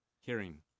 Hearing